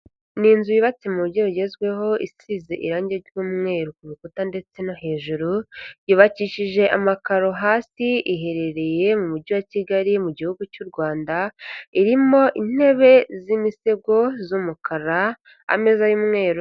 Ni inzu yubatse mu buryo bugezweho isize irange ry'umweru ku rukuta ndetse no hejuru, yubakishije amakaro hasi iherereye mu mujyi wa Kigali mu gihugu cy'u Rwanda, irimo intebe z'imitego z'umukara, ameza y'umweru.